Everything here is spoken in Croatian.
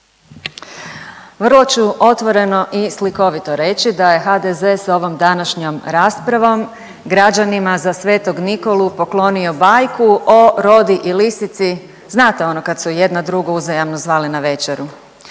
Vrlo ću otvoreno i slikovito reći da je HDZ s ovom današnjom raspravom građanima za Sv. Nikolu poklonio bajku o rodi i lisici, znate ono kad su jedna drugu uzajamno zvale na večeru.